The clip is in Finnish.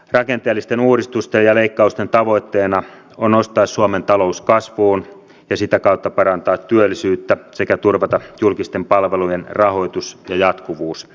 rakenteellisten uudistusten ja leikkausten tavoitteena on nostaa suomen talous kasvuun ja sitä kautta parantaa työllisyyttä sekä turvata julkisten palvelujen rahoitus ja jatkuvuus